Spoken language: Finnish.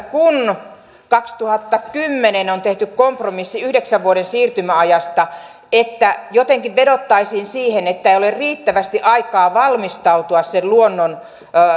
kun kaksituhattakymmenen on tehty kompromissi yhdeksän vuoden siirtymäajasta että jotenkin vedottaisiin siihen että ei ole riittävästi aikaa valmistautua luonnon